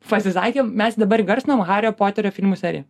pasisakėm mes dabar įgarsinom hario poterio filmų seriją